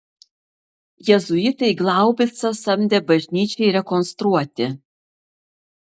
jėzuitai glaubicą samdė bažnyčiai rekonstruoti